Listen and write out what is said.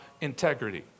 integrity